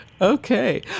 Okay